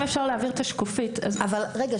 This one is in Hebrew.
רגע,